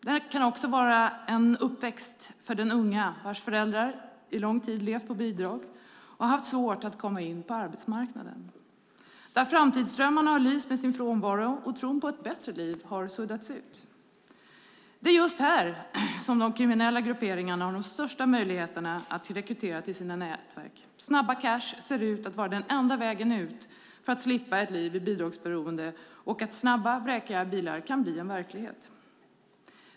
Det kan också vara en uppväxt där en ung persons föräldrar under lång tid levt på bidrag och haft svårt att komma in på arbetsmarknaden, där framtidsdrömmarna har lyst med sin frånvaro och tron på ett bättre liv har suddats ut. Det är just här de kriminella grupperingarna har de största möjligheterna att rekrytera till sina nätverk. Snabba cash ser ut att vara den enda vägen ut för att slippa ett liv i bidragsberoende och för att snabba, vräkiga bilar ska kunna bli verklighet.